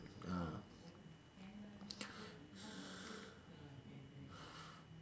ah